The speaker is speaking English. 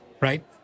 Right